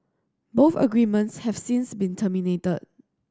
both agreements have since been terminated